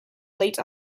late